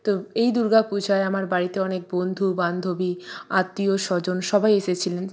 তো এই দুর্গা পূজায় আমার বাড়িতে অনেক বন্ধু বান্ধবী আত্মীয় স্বজন সবাই এসেছিলেন